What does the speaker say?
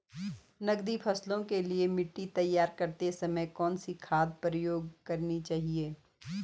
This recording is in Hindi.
नकदी फसलों के लिए मिट्टी तैयार करते समय कौन सी खाद प्रयोग करनी चाहिए?